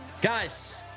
Guys